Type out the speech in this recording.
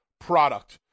product